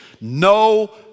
No